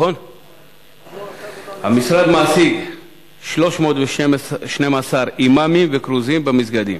המשרד מעסיק 312 אימאמים וכרוזים במסגדים.